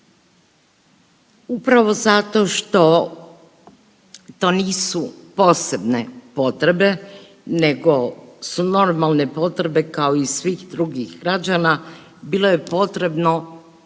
Upravo zato što to nisu posebne potrebe nego su normalne potrebe kao i svih drugih građana, bilo je potrebno